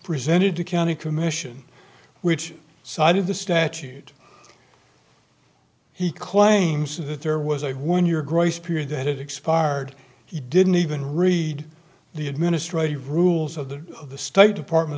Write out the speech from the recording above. presented to county commission which side of the statute he claims that there was a one your grace period that expired he didn't even read the administrative rules of the the state department